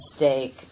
mistake